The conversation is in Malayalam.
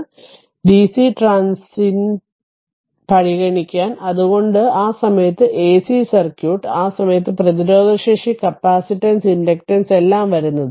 അതിനാൽ ഡിസി ട്രാൻസിറ്റന്റ് പരിഗണിക്കാൻ അതുകൊണ്ടാണ് ആ സമയത്ത് എസി സർക്യൂട്ട് ആ സമയത്ത് പ്രതിരോധശേഷി കപ്പാസിറ്റൻസ് ഇൻഡക്റ്റൻസ് എല്ലാം വരുന്നത്